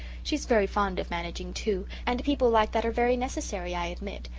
she's very fond of managing, too and people like that are very necessary i admit.